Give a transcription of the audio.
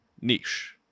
niche